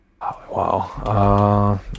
Wow